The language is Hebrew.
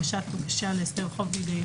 הגשת בקשה להסדר חוב בידי יחיד.